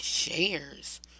shares